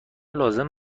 لازم